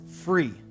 free